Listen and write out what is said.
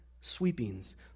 sweepings